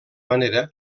manera